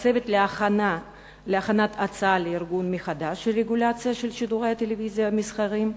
הצוות להכנת הצעה לארגון מחדש של רגולציה של שידורי הטלוויזיה המסחריים,